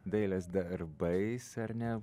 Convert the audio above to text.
dailės darbais ar ne